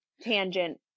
tangent